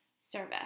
service